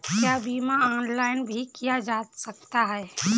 क्या बीमा ऑनलाइन भी किया जा सकता है?